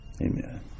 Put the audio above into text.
Amen